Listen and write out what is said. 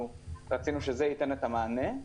רצינו שזה ייתן את המענה.